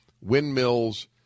windmills